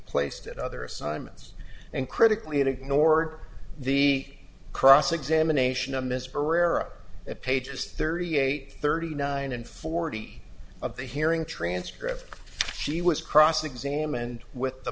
placed at other assignments and critically ignored the cross examination of mr rarer pages thirty eight thirty nine and forty of the hearing transcript she was cross examined with the